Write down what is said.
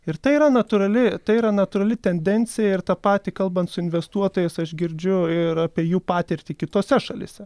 ir tai yra natūrali tai yra natūrali tendencija ir tą patį kalbant su investuotojais aš girdžiu ir apie jų patirtį kitose šalyse